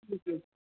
जी जी